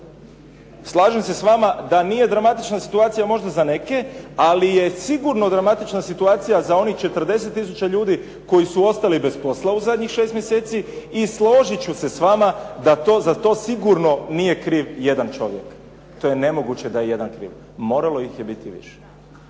Slažem se s vama da nije dramatična situacija možda za neke, ali je sigurno dramatična situacija za onih 40000 ljudi koji su ostali bez posla u zadnjih šest mjeseci. I složit ću se s vama da za to sigurno nije kriv jedan čovjek. To je nemoguće da je jedan kriv. Moralo ih je biti više.